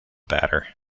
batter